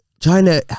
china